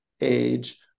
age